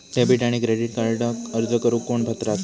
Debit आणि credit कार्डक अर्ज करुक कोण पात्र आसा?